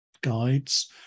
guides